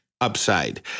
Upside